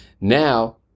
Now